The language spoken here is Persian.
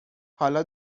حالا